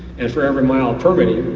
and for every mile prorated,